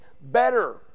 better